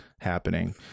happening